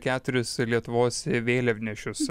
keturis lietuvos vėliavnešius